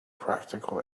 practical